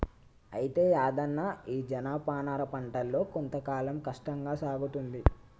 అయితే యాదన్న ఈ జనపనార పంటలో కొంత కాలం కష్టంగా సాగుతుంది